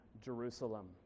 Jerusalem